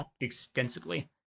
extensively